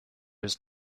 was